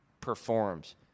performs